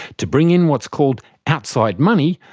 to bring in what's called outside money,